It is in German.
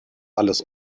alles